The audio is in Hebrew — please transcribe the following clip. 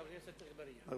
חבר הכנסת אגבאריה.